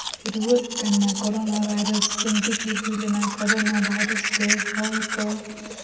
ᱨᱩᱣᱟᱹᱜ ᱠᱟᱱᱟ corona virus ᱪᱤᱢᱛᱤ ᱠᱤ ᱦᱩᱭ ᱞᱮᱱᱟ ᱠᱚᱨᱳᱱᱟ ᱵᱷᱟᱭᱨᱟᱥ ᱛᱮ ᱦᱚᱲ ᱠᱚ